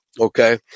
okay